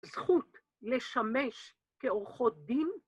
זכות לשמש כעורכות דין,